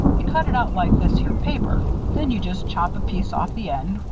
you cut it out like this here paper. then you just chop a piece off the end,